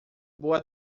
boa